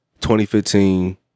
2015